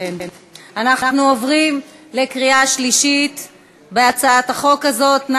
אנחנו עוברים לקריאה שלישית של הצעת החוק הזאת.